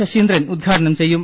ശശീന്ദ്രൻ ഉദ്ഘാടനം ചെയ്യും